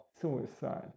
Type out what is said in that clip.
suicide